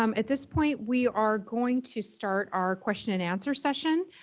um at this point we are going to start our question-and-answer session.